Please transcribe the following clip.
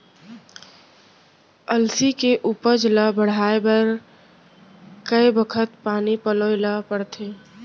अलसी के उपज ला बढ़ए बर कय बखत पानी पलोय ल पड़थे?